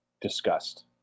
discussed